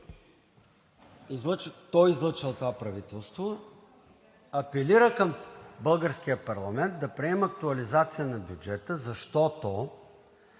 е излъчил това правителство, апелира към българския парламент да приеме актуализация на бюджета, защото